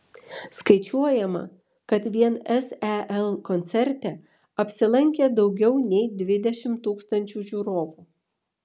skaičiuojama kad vien sel koncerte apsilankė daugiau nei dvidešimt tūkstančių žiūrovų